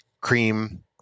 cream